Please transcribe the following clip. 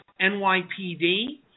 NYPD